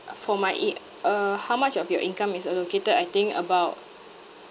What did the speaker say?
for my i~ uh how much of your income is allocated I think about